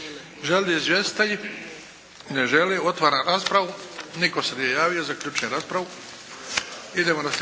Žele li izvjestitelji? Ne želi. Otvaram raspravu. Nitko se nije javio. Zaključujem raspravu.